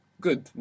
Good